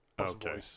Okay